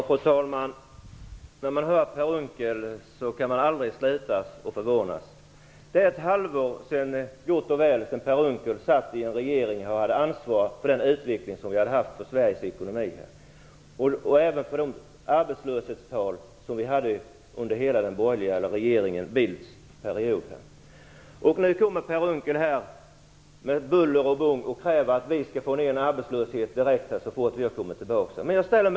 Fru talman! Man slutar aldrig att förvånas när man hör Per Unckel. Det är gott och väl ett halvår sedan Per Unckel satt i en regering och hade ansvar för Sveriges ekonomis utveckling och även för de arbetslöshetstal som rådde under regeringen Bildts period. Nu kräver Per Unckel med buller och bång att vi skall få ned arbetslösheten så fort vi har kommit tillbaks i regeringsställning.